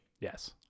Yes